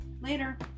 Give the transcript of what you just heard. Later